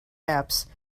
apps